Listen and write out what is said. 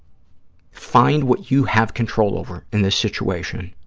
find what you have control over in this situation